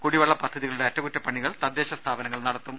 കുടിവെള്ള പദ്ധതികളുടെ അറ്റകുറ്റപണികൾ തദ്ദേശ സ്ഥാപനങ്ങൾ നടത്തും